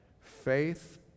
Faith